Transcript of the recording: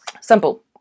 Simple